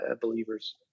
Believers